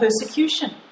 persecution